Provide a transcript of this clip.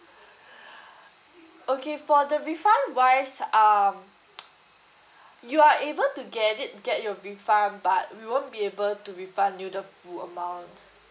okay for the refund wise um you are able to get it get your refund but we won't be able to refund you the full amount